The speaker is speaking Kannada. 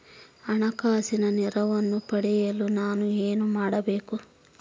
ಹಣಕಾಸಿನ ನೆರವು ಪಡೆಯಲು ನಾನು ಏನು ಮಾಡಬೇಕು?